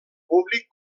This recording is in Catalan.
públic